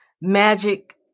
magic